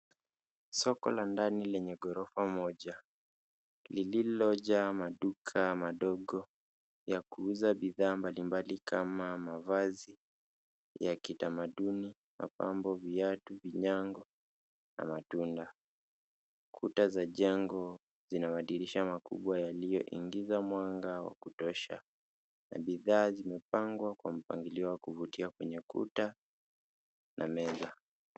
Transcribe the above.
Soko la ndani ya jengo lenye ghorofa moja, lililojaa maduka madogo yanayouza bidhaa mbalimbali kama vile mavazi ya kitamaduni. Kuta za jengo zina madirisha makubwa ya vioo yanayoingiza mwanga wa kutosha. Bidhaa zimepangwa kwa mpangilio mzuri kando ya kuta na mezani.